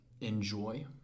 enjoy